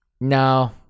No